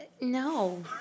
No